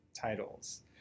titles